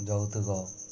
ଯୌତୁକ